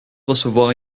recevoir